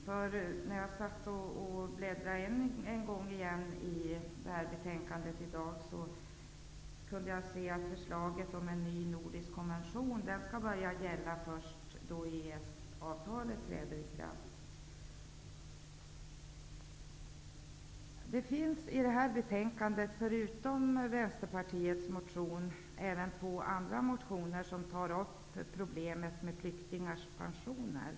När jag i dag återigen bläddrade igenom betänkandet fick jag se att förslaget om en ny nordisk konvention skall börja gälla först då EES Det finns i detta betänkande förutom Vänsterpartiets motion även två andra motioner som tar upp problemet med flyktingars pensioner.